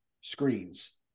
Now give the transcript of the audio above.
screens